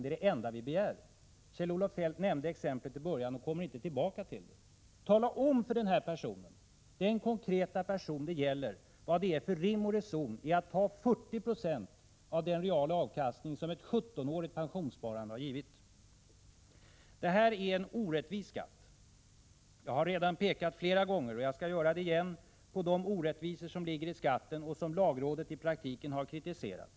Det är det enda vi begär. Kjell-Olof Feldt nämnde exemplet i början av sitt anförande men har inte kommit tillbaka till det. Tala om för den konkrete person det gäller vad det är för rim och reson i att ta 40 96 av den reala avkastning som ett 17-årigt pensionssparande har givit! Detta är en orättvis skatt. Jag har redan flera gånger pekat på — och jag skall göra det igen — de orättvisor som ligger i skatten och som lagrådet i praktiken kritiserat.